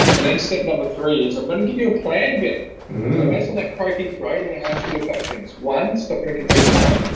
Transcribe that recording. and then step number three is i'm going to give you a plan bit based on that croaky throat and and actually do a couple of things. one, stop drinking red wine.